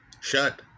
shut